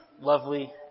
lovely